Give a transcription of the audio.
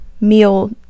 meal